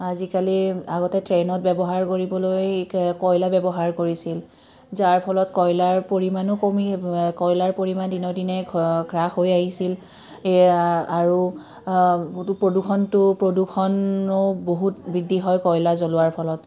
আজিকালি আগতে ট্ৰেইনত ব্যৱহাৰ কৰিবলৈ কয়লা ব্যৱহাৰ কৰিছিল যাৰ ফলত কয়লাৰ পৰিমাণো কমি কয়লাৰ পৰিমাণ দিনক দিনে ঘ হ্ৰাস হৈ আহিছিল এ আৰু প্ৰদূষণটো প্ৰদূষণো বহুত বৃদ্ধি হয় কয়লা জ্বলোৱাৰ ফলত